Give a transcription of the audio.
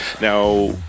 Now